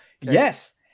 Yes